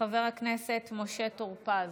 חבר הכנסת משה טור פז,